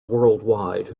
worldwide